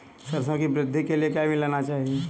सरसों की वृद्धि के लिए क्या मिलाना चाहिए?